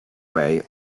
way